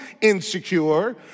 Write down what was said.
insecure